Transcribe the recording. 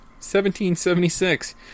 1776